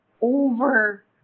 over